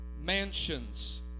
mansions